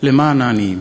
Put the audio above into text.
למען העניים.